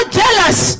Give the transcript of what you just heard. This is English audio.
jealous